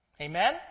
Amen